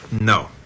No